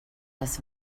das